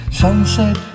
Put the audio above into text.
sunset